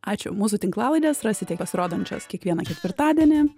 ačiū mūsų tinklalaides rasite pasirodančias kiekvieną ketvirtadienį